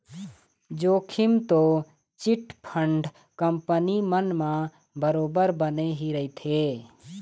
जोखिम तो chit fund company मन म बरोबर बने ही रहिथे